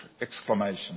exclamation